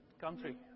country